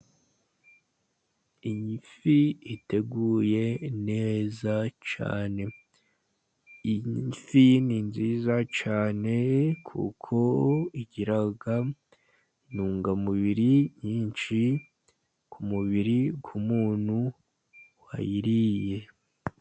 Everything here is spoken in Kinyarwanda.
Iyi fi iteguye neza cyane. Iyi fi ni nziza cyane, kuko igira intungamubiri nyinshi, ku mubiri w'umuntu wayiriye.